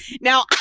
Now